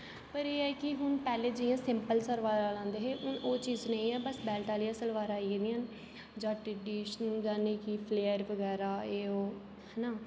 पर एह् ऐ कि हून पैह्लें जि'यां सिपंल सलवारां लांदे हे हून ओह् चीज नेईं ऐ बस बेल्ट आह्लियां सलवारां आई गेइयां न जां ट्रेडिशनल यानि कि फ्लेयर बगैरा ऐ ओह् ऐ ना